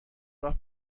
راه